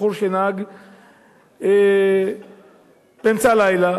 בחור שנהג באמצע הלילה.